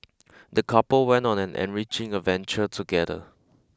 the couple went on an enriching adventure together